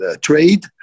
trade